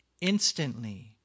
instantly